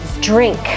Drink